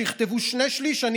שיכתבו שני שלישים,